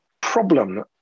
problem